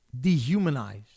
dehumanized